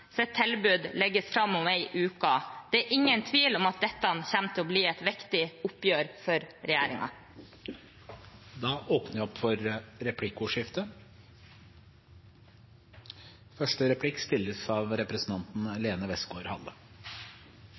tilbud legges fram om en uke. Det er ingen tvil om at dette kommer til å bli et viktig oppgjør for regjeringen. Det blir replikkordskifte. Vedvarende prisøkninger på korn er et mye større problem for fattige land, som er avhengige av